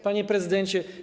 Panie Prezydencie!